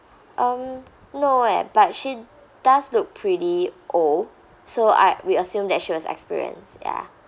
um no eh but she does look pretty old so I'd we assumed that she was experienced ya